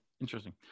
interesting